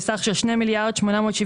מתוכם 9 מיליון ו-460